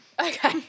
Okay